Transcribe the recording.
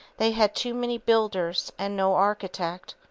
they had too many builders and no architect.